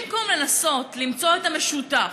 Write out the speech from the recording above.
במקום לנסות למצוא את המשותף,